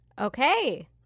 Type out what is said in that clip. Okay